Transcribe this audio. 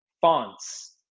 fonts